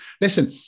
Listen